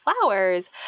flowers